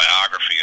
biography